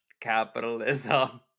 capitalism